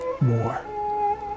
more